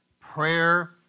prayer